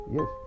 Yes